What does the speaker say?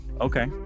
Okay